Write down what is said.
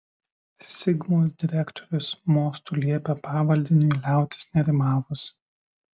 sigmos direktorius mostu liepė pavaldiniui liautis nerimavus